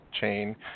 chain